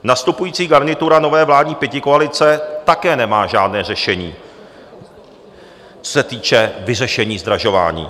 Nastupující garnitura nové vládní pětikoalice také nemá žádné řešení, co se týče vyřešení zdražování.